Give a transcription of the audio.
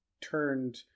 turned